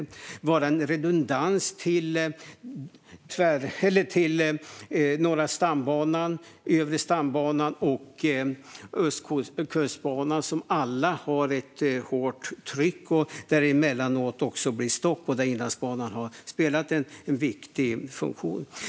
Det handlar om redundans i förhållande till Norra stambanan, övre stambanan och Ostkustbanan, som alla har ett hårt tryck och där det emellanåt blir stopp. Där har Inlandsbanan en viktig funktion.